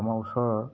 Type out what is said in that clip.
আমাৰ ওচৰৰ